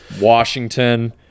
Washington